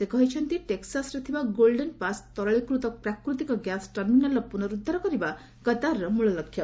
ସେ କହିଛନ୍ତି ଟେକ୍ସାସ୍ରେ ଥିବା ଗୋଲ୍ଡେନ୍ ପାସ୍ ତରଳୀକୃତ ପ୍ରାକୃତିକ ଗ୍ୟାସ୍ ଟର୍ମିନାଲ୍ର ପୁନରୁଦ୍ଧାର କରିବା କତାରର ମୂଳ ଲକ୍ଷ୍ୟ